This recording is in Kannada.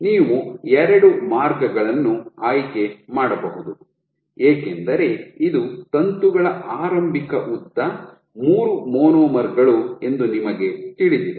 ನೀವು ಎರಡೂ ಮಾರ್ಗಗಳನ್ನು ಆಯ್ಕೆ ಮಾಡಬಹುದು ಏಕೆಂದರೆ ಇದು ತಂತುಗಳ ಆರಂಭಿಕ ಉದ್ದ ಮೂರು ಮೊನೊಮರ್ ಗಳು ಎಂದು ನಿಮಗೆ ತಿಳಿದಿದೆ